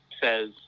says